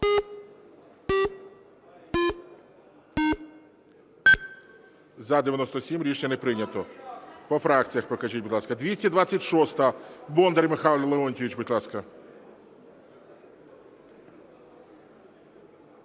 За-97 Рішення не прийнято. По фракціях покажіть, будь ласка. 226-а. Бондар Михайло Леонтійович, будь ласка.